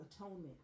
atonement